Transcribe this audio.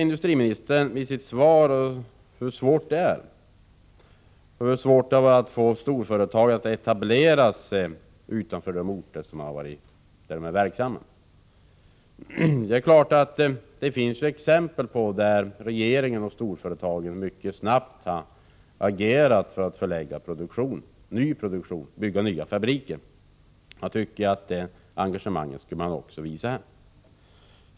Industriministern hänvisar i sitt svar till hur svårt det är att få storföretag att etablera sig utanför de orter där de är verksamma. Men det finns exempel på hur regeringen och storföretag mycket snabbt har agerat för att förlägga ny produktion och bygga nya fabriker på orter där företagen inte tidigare bedrivit någon verksamhet. Jag tycker att det engagemanget skulle visas också här.